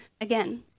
again